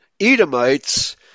Edomites